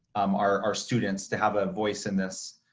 um our our students to have a voice in this.